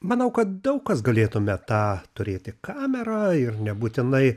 manau kad daug kas galėtume tą turėti kamerą ir nebūtinai